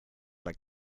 like